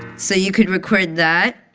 so you could record that.